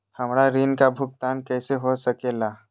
हमरा ऋण का भुगतान कैसे हो सके ला?